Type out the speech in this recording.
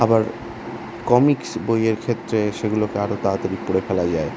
আবার কমিক্স বইয়ের ক্ষেত্রে সেগুলোকে আরো তাড়াতাড়ি পড়ে ফেলা যায়